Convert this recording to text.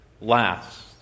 last